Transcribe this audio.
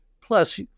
Plus